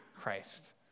Christ